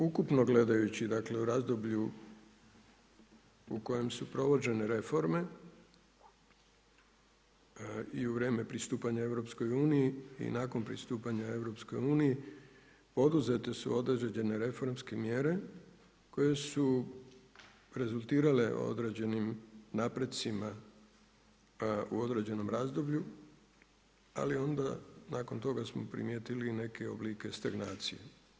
Ukupno gledajući, dakle u razdoblju u kojem su provođene reforme i u vrijeme pristupanja Europskoj uniji i nakon pristupanja Europskoj uniji poduzete su određene reformske mjere koje su rezultirale određenim napretcima u određenom razdoblju ali onda nakon toga smo primijetili i neke oblike stagnacije.